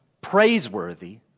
praiseworthy